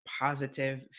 positive